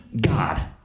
God